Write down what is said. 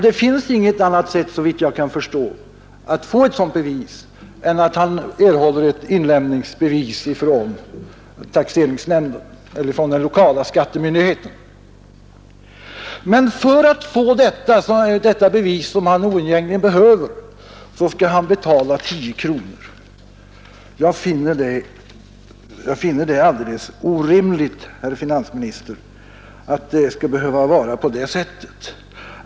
Det finns såvitt jag förstår inget annat sätt att få ett sådant bevis än att han erhåller ett inlämningsbevis från den lokala skattemyndigheten. Men för att få detta bevis, som han oundgängligen behöver, skall han betala 10 kronor. Jag finner det alldeles orimligt, herr finansminister, att det skall behöva vara på det sättet.